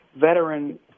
veteran